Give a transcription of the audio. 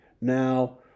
Now